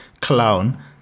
clown